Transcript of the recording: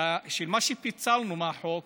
מה שפיצלנו מהחוק